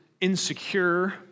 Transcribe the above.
insecure